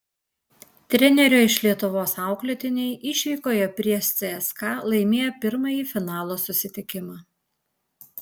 trenerio iš lietuvos auklėtiniai išvykoje prieš cska laimėjo pirmąjį finalo susitikimą